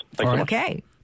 Okay